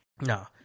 No